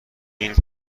این